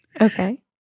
Okay